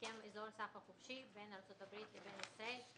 הסכם אזור סחר חופשי בין ארצות הברית לבין ישראל,